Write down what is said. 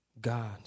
God